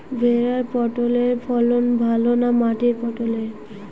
ভেরার পটলের ফলন ভালো না মাটির পটলের?